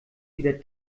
wieder